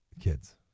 kids